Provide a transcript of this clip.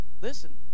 listen